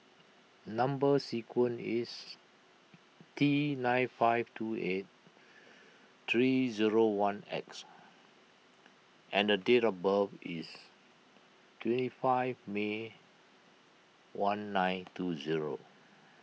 Number Sequence is T nine five two eight three zero one X and date of birth is twenty five May one nine two zero